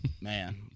Man